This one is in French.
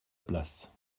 place